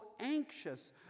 anxious